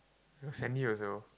send me also